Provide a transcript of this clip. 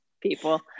people